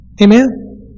Amen